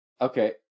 Okay